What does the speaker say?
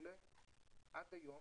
עד היום,